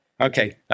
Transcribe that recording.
Okay